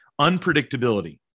unpredictability